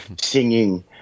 singing